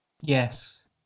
Yes